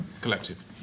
collective